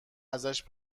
ازش